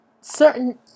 certain